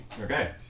okay